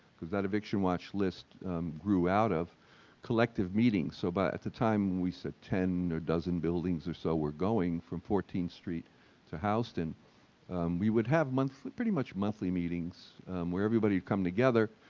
because that eviction watch list grew out of collective meetings. so but at the time we said ten or dozen buildings or so were going from fourteenth street to houston, we would have pretty pretty much monthly meetings where everybody would come together,